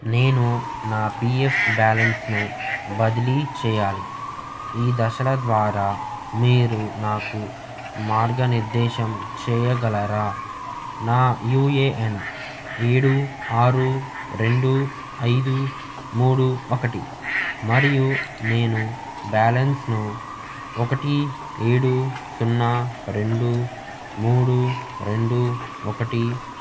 నేను నా P F బ్యాలెన్స్ను బదిలీ చేయాలి ఈ దశల ద్వారా మీరు నాకు మార్గనిర్దేశం చేయగలరా నా యూ ఏ ఎన్ ఏడు ఆరు రెండు ఐదు మూడు ఒకటి మరియు నేను బ్యాలెన్స్ను ఒకటి ఏడు సున్నా రెండు మూడు రెండు ఒకటి